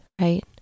right